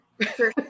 sure